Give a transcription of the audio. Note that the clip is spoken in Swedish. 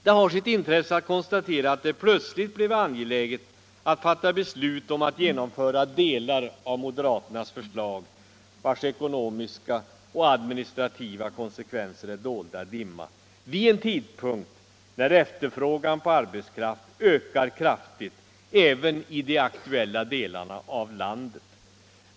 Det har sitt intresse att konstatera, att det plötsligt har blivit angeläget att fatta beslut om att genomföra delar av moderaternas förslag — vars ekonomiska och administrativa konsekvenser är dolda i dimma — vid en tidpunkt när efterfrågan på arbetskraft ökar kraftigt även i de aktuella delarna av landet.